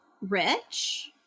rich